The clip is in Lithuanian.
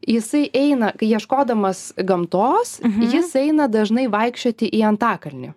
jisai eina kai ieškodamas gamtos jis eina dažnai vaikščioti į antakalnį